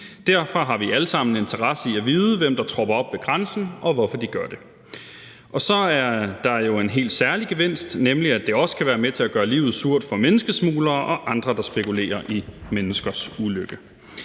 Derfor har vi alle sammen en interesse i at vide, hvem der tropper op ved grænsen, og hvorfor de gør det. Og så er der jo en helt særlig gevinst, nemlig at det kan være med til at gøre livet surt for menneskesmuglere og andre, der spekulerer i menneskers ulykke.